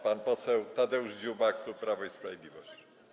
Pan poseł Tadeusz Dziuba, klub Prawo i Sprawiedliwość.